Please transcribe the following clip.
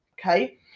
Okay